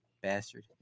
bastard